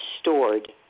stored